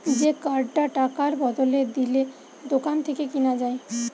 যে কার্ডটা টাকার বদলে দিলে দোকান থেকে কিনা যায়